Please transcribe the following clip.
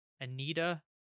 Anita